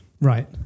Right